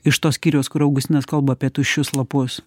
iš to skyriaus kur augustinas kalba apie tuščius lapus